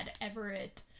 Everett